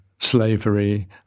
slavery